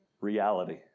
reality